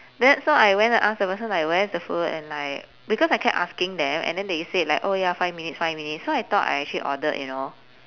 then so I went to ask the person like where's the food and like because I kept asking them and then they said like oh ya five minutes five minutes so I thought I actually ordered you know